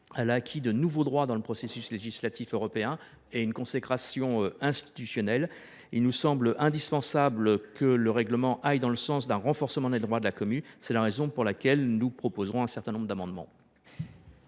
Elle a acquis de nouveaux droits dans le processus législatif européen et une consécration institutionnelle. Il nous semble indispensable que le règlement du Sénat aille dans le sens d’un renforcement des droits de cette commission. C’est la raison pour laquelle nous proposerons un certain nombre d’amendements